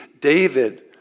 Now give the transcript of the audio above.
David